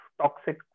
toxic